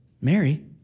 Mary